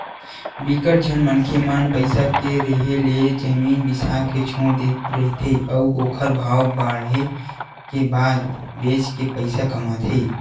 बिकट झन मनखे मन पइसा के रेहे ले जमीन बिसा के छोड़ दे रहिथे अउ ओखर भाव बाड़हे के बाद बेच के पइसा कमाथे